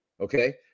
Okay